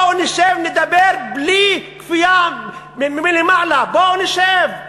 בואו נשב נדבר בלי כפייה מלמעלה, בואו נשב,